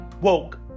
Woke